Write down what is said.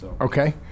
Okay